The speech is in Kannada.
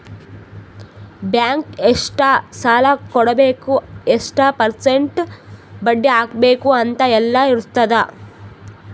ಬ್ಯಾಂಕ್ ಎಷ್ಟ ಸಾಲಾ ಕೊಡ್ಬೇಕ್ ಎಷ್ಟ ಪರ್ಸೆಂಟ್ ಬಡ್ಡಿ ಹಾಕ್ಬೇಕ್ ಅಂತ್ ಎಲ್ಲಾ ಇರ್ತುದ್